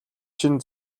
чинь